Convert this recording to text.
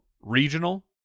regional